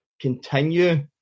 continue